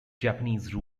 japanese